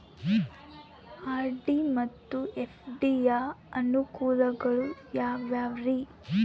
RD ಮತ್ತು FD ಯ ಅನುಕೂಲಗಳು ಯಾವ್ಯಾವುರಿ?